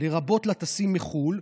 לרבות לטסים לחו"ל.